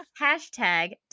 hashtag